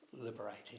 liberating